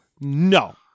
no